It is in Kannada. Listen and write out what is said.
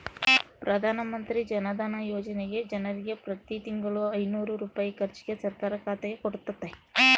ಪ್ರಧಾನಮಂತ್ರಿ ಜನಧನ ಯೋಜನೆಗ ಜನರಿಗೆ ಪ್ರತಿ ತಿಂಗಳು ಐನೂರು ರೂಪಾಯಿ ಖರ್ಚಿಗೆ ಸರ್ಕಾರ ಖಾತೆಗೆ ಕೊಡುತ್ತತೆ